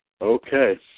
Okay